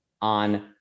on